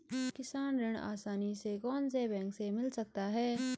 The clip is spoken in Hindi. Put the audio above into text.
किसान ऋण आसानी से कौनसे बैंक से मिल सकता है?